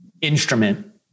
instrument